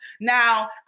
now